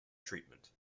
treatment